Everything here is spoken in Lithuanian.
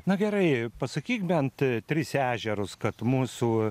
na gerai pasakyk bent tris ežerus kad mūsų